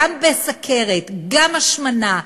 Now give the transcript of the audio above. גם בסוכרת, גם השמנה,